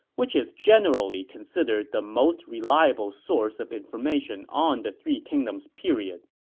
which is generally considered the most reliable source of information on the three kingdoms period.